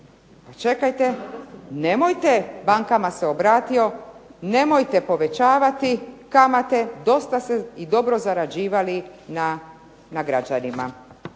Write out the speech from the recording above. rekao je nemojte bankama se obratio, nemojte povećavati kamate dosta ste dobro zarađivali na građanima.